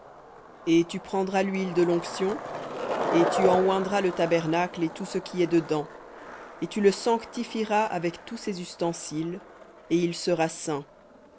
et tu prendras l'huile de l'onction et tu en oindras le tabernacle et tout ce qui est dedans et tu le sanctifieras avec tous ses ustensiles et il sera saint